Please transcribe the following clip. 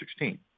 2016